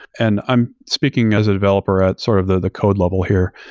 and i'm speaking as a developer at sort of the code level here.